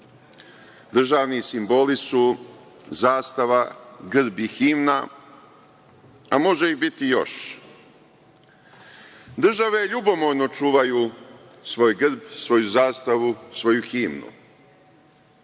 Državni simboli su zastava, grb i himna, a može ih biti još. Države ljubomorno čuvaju svoj grb, svoju zastavu, svoju himnu.